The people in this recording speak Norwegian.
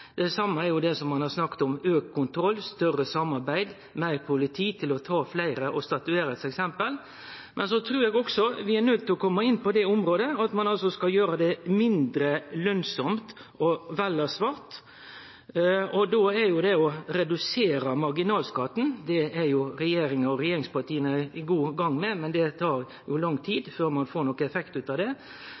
har snakka om: auka kontroll, meir samarbeid og meir politi til å ta fleire og statuere eksempel. Men så trur eg også vi er nøydde til å kome inn på det området at vi skal gjere det mindre lønsamt å velje svart, og då er det det å redusere marginalskatten. Det er jo regjeringa og regjeringspartia godt i gang med, men det tar lang tid før ein får nokon effekt av det. Det neste er då å gjere som ein har gjort i Sverige: å innføre eit rotfrådrag. I Sverige er det